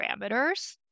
parameters